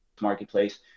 marketplace